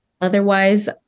Otherwise